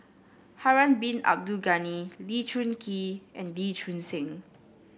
Harun Bin Abdul Ghani Lee Choon Kee and Lee Choon Seng